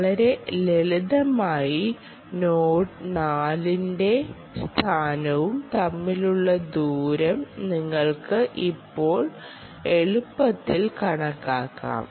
വളരെ ലളിതമായി നോഡും 4 ന്റെ സ്ഥാനവും തമ്മിലുള്ള ദൂരം നിങ്ങൾക്ക് ഇപ്പോൾ എളുപ്പത്തിൽ കണക്കാക്കാം